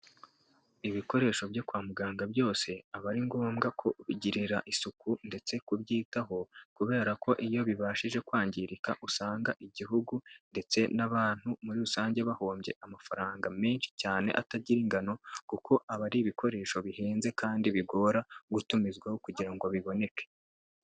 Ibikoresho byo kwa muganga byose aba ari ngombwa kubigirira isuku, ndetse kubyitaho, kubera ko iyo bibashije kwangirika usanga igihugu, ndetse n'abantu muri rusange bahombye amafaranga menshi cyane atagira ingano, kuko aba ari ibikoresho bihenze, kandi bigora gutumizwaho kugira ngo biboneke.